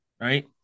right